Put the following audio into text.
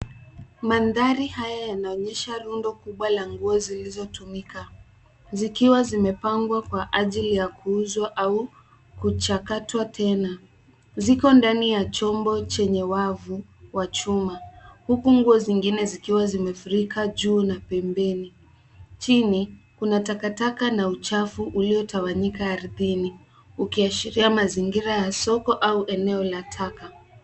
Maandhari haya yanaonyesha rundo kubwa la nguo zilizotumika zikiwa zimepangwa kwa ajili ya kuuzwa au kuchakatwa tena. Ziko ndani ya chombo chenye wavu wa chuma huku nguo zingine zikiwa zimefurika juu na pembeni. Chini, kuna takataka na uchafu uliotawanyika ardhini ukiashira mazingira ya soko au eneo la taka.